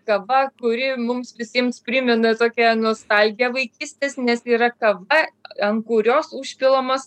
kava kuri mums visiems primena tokią nostalgiją vaikystės nes yra kava an kurios užpilamas